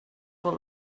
will